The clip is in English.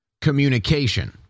communication